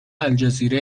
الجزیره